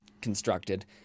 constructed